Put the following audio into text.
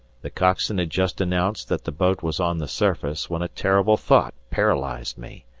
the coxswain had just announced that the boat was on the surface, when a terrible thought paralysed me,